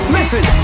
Listen